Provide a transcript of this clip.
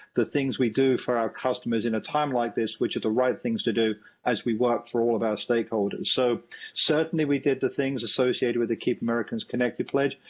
the things we do for our customers in a time like this which are the right things to do as we work with all of our stakeholders. so certainly we did the things associated with the keep americans connected pledge,